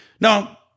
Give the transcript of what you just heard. Now